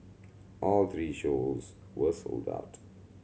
all three shows were sold out